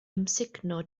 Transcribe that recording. amsugno